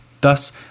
Thus